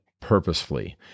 purposefully